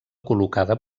col·locada